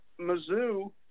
mizzou